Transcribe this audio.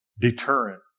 deterrent